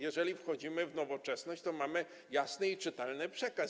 Jeżeli wchodzimy w nowoczesność, to mamy jasny i czytelny przekaz.